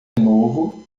novo